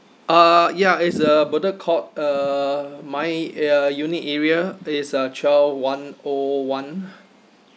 uh ya is a bedok court uh my uh unit area there is uh twelve one O one